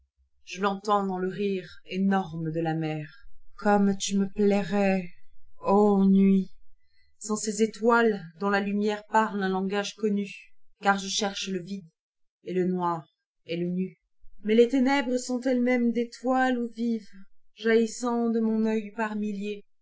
je tentends dans le rire énorme de la mer comme tu me plairais ô nuit sans ces étoilesdont la lumière parle un langage connu lcar je cherche le vide et le noir et le nul mais les ténèbres sont elles-mêmes des toilesoù vivent jaillissant de mon œil par milliers